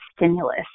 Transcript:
stimulus